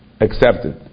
accepted